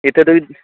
ਇੱਥੇ ਤੋਂ